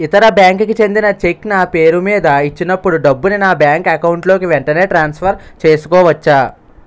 ఇతర బ్యాంక్ కి చెందిన చెక్ నా పేరుమీద ఇచ్చినప్పుడు డబ్బుని నా బ్యాంక్ అకౌంట్ లోక్ వెంటనే ట్రాన్సఫర్ చేసుకోవచ్చా?